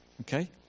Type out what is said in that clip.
okay